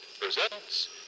presents